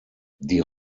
die